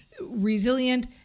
resilient